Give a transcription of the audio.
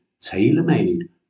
tailor-made